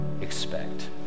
expect